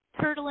turtling